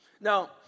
Now